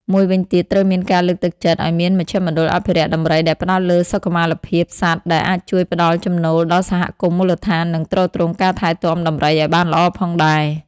មួយមិញទៀតត្រូវមានការលើកទឹកចិត្តឱ្យមានមជ្ឈមណ្ឌលអភិរក្សដំរីដែលផ្តោតលើសុខុមាលភាពសត្វ ដែលអាចជួយផ្តល់ចំណូលដល់សហគមន៍មូលដ្ឋាន និងទ្រទ្រង់ការថែទាំដំរីឲ្យបានល្អផងដែរ។